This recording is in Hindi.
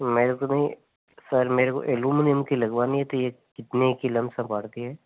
मेरे को नही सर मेरे को अल्युमुनियम की लगवानी थी कितने की लमसम है